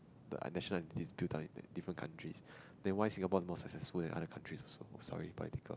the national entities that build up in different countries then why Singapore is more successful than other countries also oh sorry political